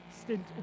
stint